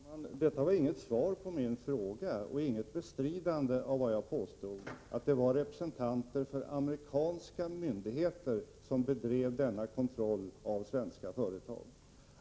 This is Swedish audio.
Herr talman! Detta var inget svar på min fråga och inget bestridande av vad jag har påstått, att det var representanter för amerikanska myndigheter som bedrev denna kontroll av svenska företag.